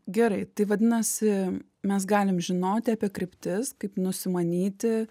gerai tai vadinasi mes galim žinoti apie kryptis kaip nusimanyti